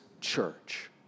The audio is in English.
church